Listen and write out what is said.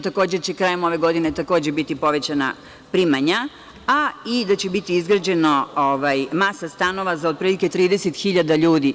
Takođe će krajem ove godine biti povećana primanja, a i biće izgrađena masa stanova za otprilike 30.000 ljudi.